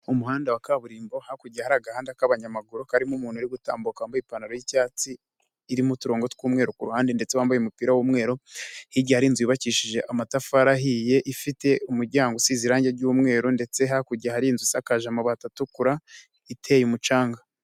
Umuhanda wa kaburimbo hakurya hari agahanda k'abanyamaguru karimo umuntu uri gutambuka wambaye ipantaro y'icyatsi irimo uturongongo tw'umweru ku ruhande ndetse wambaye umupira w'umweru, hirya hari inzu yubakishije amatafari ahiye, ifite umuryango usize irangi ry'umweru ndetse hakurya hari inzu isakaje amabati atukura, iteye umucanga.